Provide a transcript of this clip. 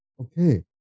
okay